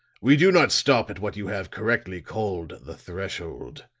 we do not stop at what you have correctly called the threshold.